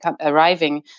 arriving